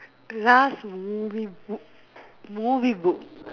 last movie book movie book